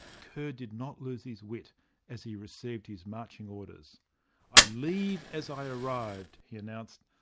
kerr did not lose his wit as he received his marching orders i leave as i arrived he announced.